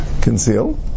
conceal